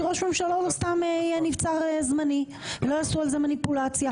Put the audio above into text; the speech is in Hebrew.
שראש ממשלה לא סתם יהיה נבצר זמני ולא יעשו על זה מניפולציה.